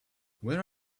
where